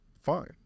Fine